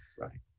Right